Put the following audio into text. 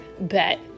bet